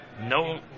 No